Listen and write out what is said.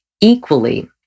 equally